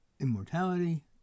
immortality